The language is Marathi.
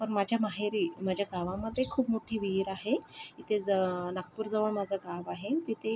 पण माझ्या माहेरी माझ्या गावामध्ये खूप मोठी विहीर आहे तिथे नागपूर जवळ माझं गाव आहे तिथे